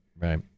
Right